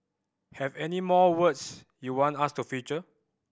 have any more words you want us to feature